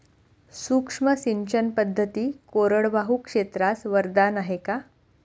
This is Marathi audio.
सूक्ष्म सिंचन पद्धती कोरडवाहू क्षेत्रास वरदान आहे का?